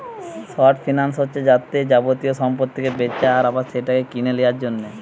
short finance হচ্ছে যাতে যাবতীয় সম্পত্তিকে বেচা হয় আবার সেটাকে কিনে লিয়ার জন্যে